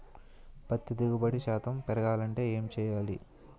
పత్తి దిగుబడి శాతం పెరగాలంటే ఏంటి చేయాలి?